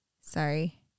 sorry